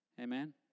Amen